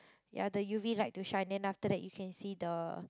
ya the U_V light to shine then after that you can see the